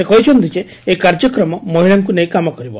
ସେ କହିଛନ୍ତି ଯେ ଏହି କାର୍ଯ୍ୟକ୍ରମ ମହିଳାଙ୍କୁ ନେଇ କାମ କରିବ